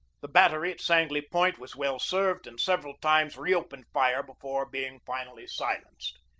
the battery at sangley point was well served, and several times reopened fire before being finally silenced.